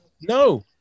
No